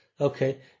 Okay